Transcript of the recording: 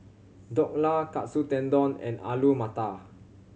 Dhokla Katsu Tendon and Alu Matar